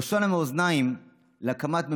לשון המאזניים להקמת ממשלה.